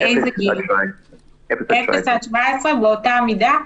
מגיל לידה ועד גיל 17. מלידה ועד גיל 17 באותה מידה?